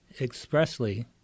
expressly